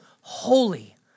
holy